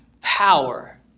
power